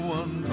one